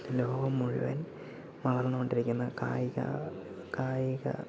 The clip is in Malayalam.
ലോകം മുഴുവൻ വളർന്ന് കൊണ്ടിരിക്കുന്ന കായിക കായിക